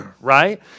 Right